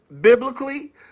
biblically